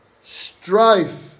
strife